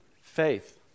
faith